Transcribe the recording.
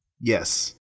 Yes